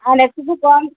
আর একটুকু কম